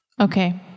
Okay